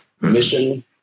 Mission